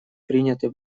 приняты